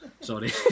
Sorry